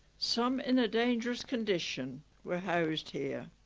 some in a dangerous condition were housed here